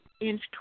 inch